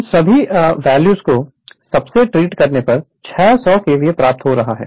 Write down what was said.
इस सभी वॉल्यूम को सबसे ट्वीट करने पर छह सौ केवीए प्राप्त हो रहा है